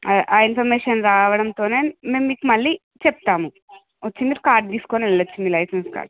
ఆ ఆ ఇన్ఫర్మేషన్ రావడంతోనే మేము మీకు మళ్ళీ చెప్తాము వచ్చింది మీ కార్డు తీసుకెళ్ళొచ్చు లైసెన్స్ కార్డు